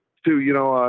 to, you know,